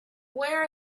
where